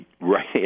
right